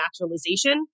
naturalization